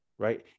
right